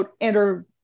enter